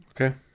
Okay